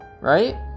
Right